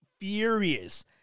furious